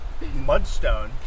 mudstone